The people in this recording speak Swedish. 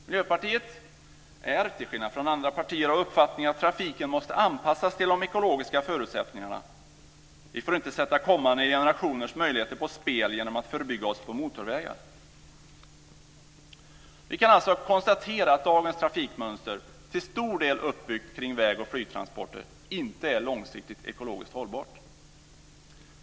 Miljöpartiet är, till skillnad från andra partier, av uppfattningen att trafiken måste anpassas till de ekologiska förutsättningarna. Vi får inte sätta kommande generationers möjligheter på spel genom att förbygga oss på motorvägar. Vi kan alltså konstatera att dagens trafikmönster, till stor del uppbyggt kring väg och flygtransporter, inte är långsiktigt ekologiskt hållbart.